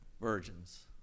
virgins